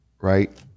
right